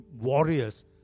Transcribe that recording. warriors